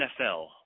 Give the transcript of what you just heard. NFL